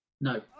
No